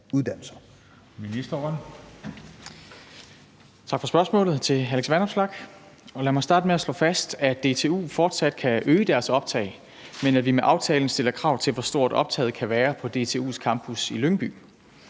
Tak for spørgsmålet til hr. Alex Vanopslagh. Lad mig starte med at slå fast, at DTU fortsat kan øge deres optag, men at vi med aftalen stiller krav til, hvor stort optaget kan være på DTU's campus i Lyngby.